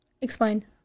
Explain